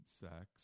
sex